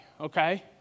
Okay